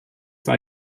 war